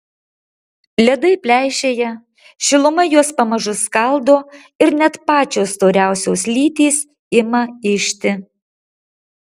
ledai pleišėja šiluma juos pamažu skaldo ir net pačios storiausios lytys ima ižti